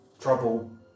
trouble